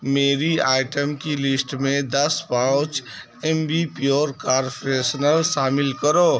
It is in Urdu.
میری آئٹم کی لسٹ میں دس pouch Ambi Pur car freshener شامل کرو